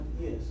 yes